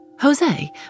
Jose